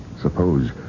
Suppose